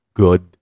good